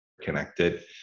connected